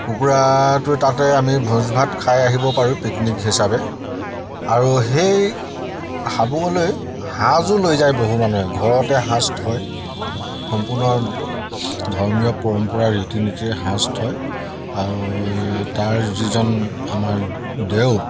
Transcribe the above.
কুকুৰাটোৱে তাতে আমি ভোজ ভাত খাই আহিব পাৰোঁ পিকনিক হিচাপে আৰু সেই হাবুঙলৈ সাজো লৈ যায় বহু মানুহে ঘৰতে সাজ থয় সম্পূৰ্ণ ধৰ্মীয় পৰম্পৰা ৰীতি নীতিৰে সাজ থয় আৰু তাৰ যিজন আমাৰ দেও